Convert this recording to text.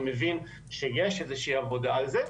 אני מבין שיש איזו שהיא עבודה על זה.